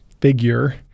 figure